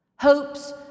Hope's